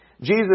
Jesus